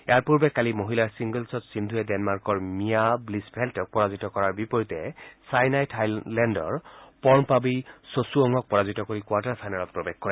ইয়াৰ পূৰ্বে কালি খেলা মহিলাৰ ছিংগলছত সিন্ধুয়ে ডেনমাৰ্কৰ মিয়া ৱিছফেম্টক পৰাজিত কৰাৰ বিপৰীতে ছাইনাই থাইলেণ্ডৰ পৰ্ণপাৱি চচুবঙক পৰাজিত কৰি কোৱাৰ্টাৰ ফাইনেলত প্ৰৱেশ কৰে